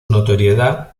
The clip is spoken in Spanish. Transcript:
notoriedad